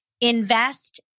invest